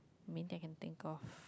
main thing I can think of